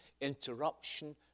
Interruption